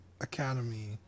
Academy